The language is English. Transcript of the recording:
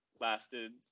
lasted